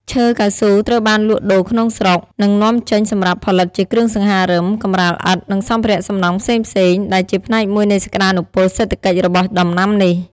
ឈើកៅស៊ូត្រូវបានលក់ដូរក្នុងស្រុក និងនាំចេញសម្រាប់ផលិតជាគ្រឿងសង្ហារឹម កម្រាលឥដ្ឋ និងសម្ភារៈសំណង់ផ្សេងៗ ដែលជាផ្នែកមួយនៃសក្តានុពលសេដ្ឋកិច្ចរបស់ដំណាំនេះ។